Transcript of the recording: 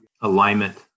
alignment